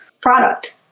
product